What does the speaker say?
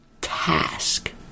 task